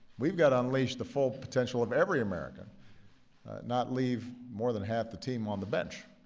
we've got to unleash the full potential of every american not leave more than half the team on the bench.